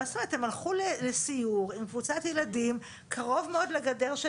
הם הלכו לסיור עם קבוצת ילדים קרוב מאוד לגדר של